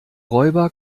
räuber